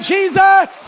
Jesus